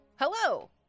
Hello